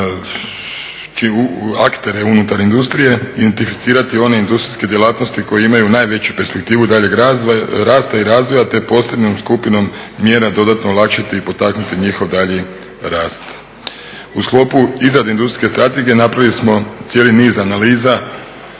U sklopu izrade Industrijske strategije napravili smo cijeli niz analiza,